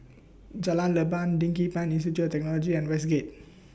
Jalan Leban Digipen Institute Technology and Westgate